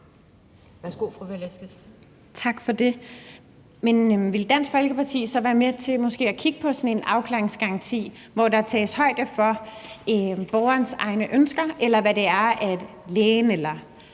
Velasquez (EL): Tak for det. Men vil Dansk Folkeparti så være med til at kigge på sådan en afklaringsgaranti, hvor der tages højde for borgerens egne ønsker, eller hvor man, hvis lægen, der